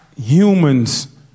Humans